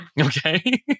okay